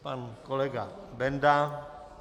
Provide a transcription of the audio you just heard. Pan kolega Benda.